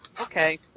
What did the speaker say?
Okay